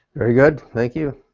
very good, thank you.